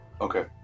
Okay